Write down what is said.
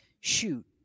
shoot